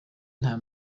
nta